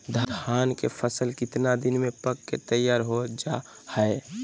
धान के फसल कितना दिन में पक के तैयार हो जा हाय?